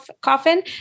coffin